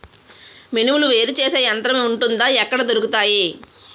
మినుములు వేరు చేసే యంత్రం వుంటుందా? ఎక్కడ దొరుకుతాయి?